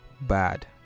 bad